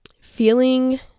feeling